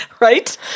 Right